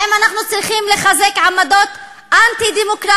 האם אנחנו צריכים לחזק עמדות אנטי-דמוקרטיות,